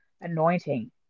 anointing